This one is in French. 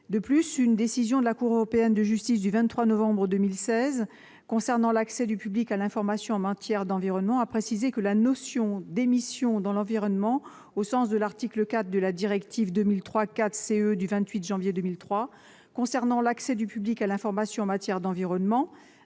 De plus, une décision de la Cour européenne de justice du 23 novembre 2016 relative à l'accès du public à l'information en matière d'environnement a précisé que la notion d'« émissions dans l'environnement », au sens de l'article 4 de la directive 2003/4/CE du 28 janvier 2003 concernant l'accès du public à l'information en matière d'environnement,